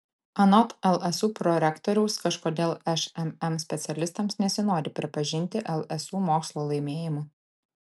anot lsu prorektoriaus kažkodėl šmm specialistams nesinori pripažinti lsu mokslo laimėjimų